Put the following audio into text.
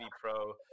Pro